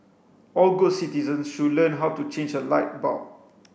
all good citizens should learn how to change a light bulb